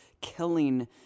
killing